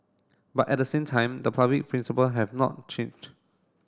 but at the same time the public principle have not changed